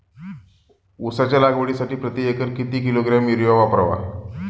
उसाच्या लागवडीसाठी प्रति एकर किती किलोग्रॅम युरिया वापरावा?